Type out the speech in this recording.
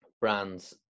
brands